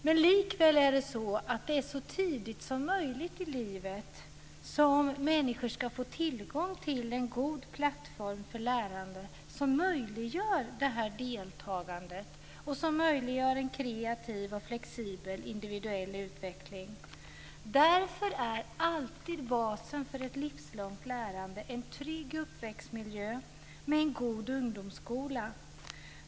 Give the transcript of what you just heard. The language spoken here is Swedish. Men likväl är det så att det är så tidigt som möjligt i livet som människor ska få tillgång till en god plattform för lärande. Det möjliggör det här deltagandet och en kreativ, flexibel och individuell utveckling. Därför är alltid basen för ett livslångt lärande en trygg uppväxtmiljö och en god ungdomsskola.